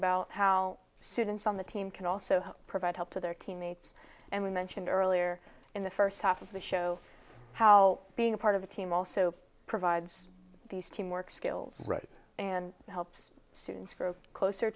about how students on the team can also provide help to their teammates and we mentioned earlier in the first half of the show how being a part of the team also provides these teamwork skills right and helps students for closer